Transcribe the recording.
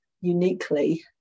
uniquely